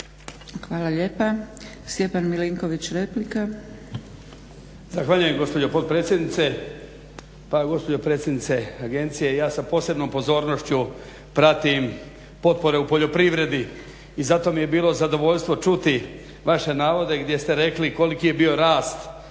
replika. **Milinković, Stjepan (HDZ)** Zahvaljujem gospođo potpredsjednice. Pa gospođo predsjednice agencije, ja sa posebnom pozornošću pratim potpore u poljoprivredi i zato mi je bilo zadovoljstvo čuti vaše navode gdje ste rekli koliki je bio rast potpora